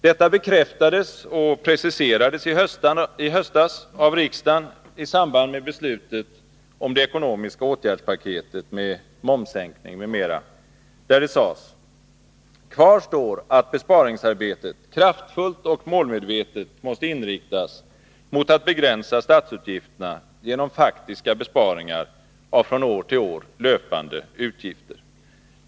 Detta bekräftades och preciserades i höstas av riksdagen i samband med beslutet om det ekonomiska åtgärdspaketet med momssänkning m.m., där det sades: ”Kvar står att besparingsarbetet kraftfullt och målmedvetet måste inriktas mot att begränsa statsutgifterna genom faktiska besparingar i från år till år löpande utgifter.